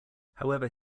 however